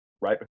right